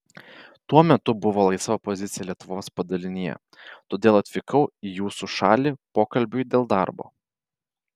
tuo metu buvo laisva pozicija lietuvos padalinyje todėl atvykau į jūsų šalį pokalbiui dėl darbo